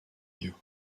you